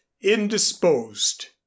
indisposed